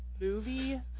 movie